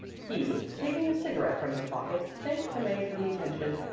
he, taking a cigarette from his pocket, thanked the maid for the attention,